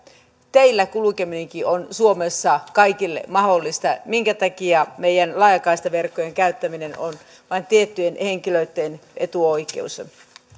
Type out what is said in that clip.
teillä kulkeminenkin on suomessa kaikille mahdollista minkä takia meidän laajakaistaverkkojemme käyttäminen on vain tiettyjen henkilöitten etuoikeus